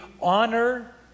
honor